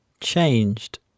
changed